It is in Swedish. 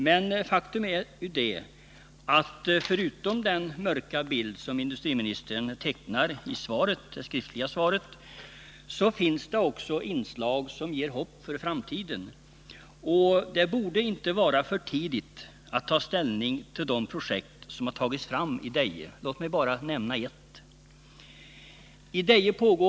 Men faktum är ju att förutom den mörka bild som industriministern tecknar i det skriftliga svaret så finns det också inslag som ger hopp för framtiden. Det borde inte vara för tidigt att ta ställning till de projekt som tagits fram i Deje. Låt mig nämna bara ett exempel.